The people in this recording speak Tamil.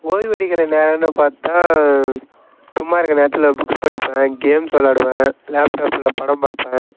ஓய்வெடுக்கிற நேரம்னு பார்த்தா சும்மா இருக்கிற நேரத்தில் புக்ஸ் படிப்பேன் கேம்ஸ் விளாடுவேன் லேப்டாப்பில் படம் பார்ப்பேன்